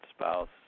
spouse